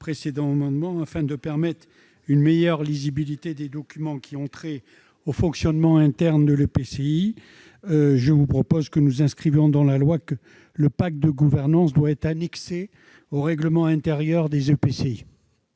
précédente. Afin de permettre une meilleure lisibilité des documents qui ont trait au fonctionnement interne de l'EPCI, je vous propose, mes chers collègues, d'inscrire dans la loi que le pacte de gouvernance doit être annexé au règlement intérieur des EPCI.